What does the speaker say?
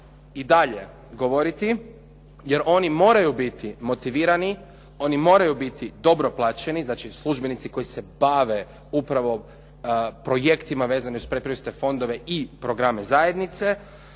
i dalje govoriti jer oni moraju biti motivirani, oni moraju biti dobro plaćeni, znači službenici koji se bave upravo projektima vezanim uz pretpristupne fondove i programe zajednice.